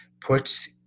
puts